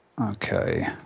okay